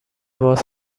باز